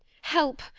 help,